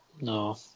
no